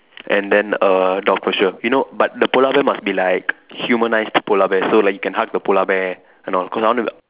and then a dog for sure you know but the polar bear must be like humanised polar bear so like you can hug the polar bear and all cause I want to